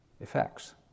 effects